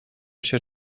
się